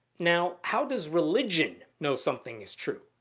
now, how does religion know something is true?